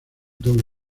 doble